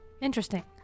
Interesting